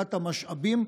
בחלוקת המשאבים.